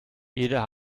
jeder